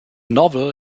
novel